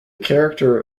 character